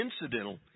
incidental